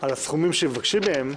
על הסכומים שהם מבקשים מהם,